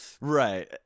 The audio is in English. Right